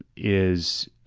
is